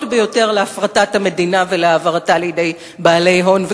ביותר להפרטת המדינה ולהעברתה לידי בעלי הון,